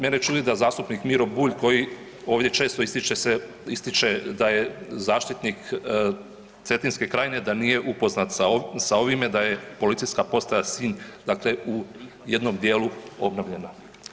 Mene čudi da zastupnik Miro Bulj koji ovdje često ističe da je zaštitnik Cetinske krajine da nije upoznat sa ovime, da je Policijska postaja Sinj u jednom dijelu obnovljena.